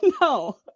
No